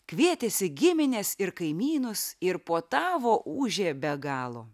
kvietėsi gimines ir kaimynus ir puotavo ūžė be galo